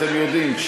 אתם יודעים,